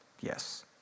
Yes